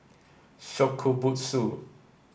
Shokubutsu